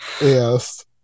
yes